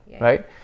right